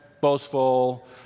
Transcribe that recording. boastful